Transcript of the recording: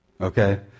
okay